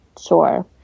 Sure